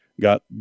got